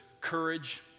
courage